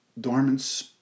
dormant